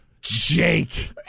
Jake